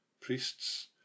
priests